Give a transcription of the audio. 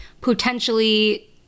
potentially